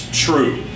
true